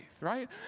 right